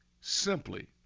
simply